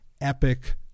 epic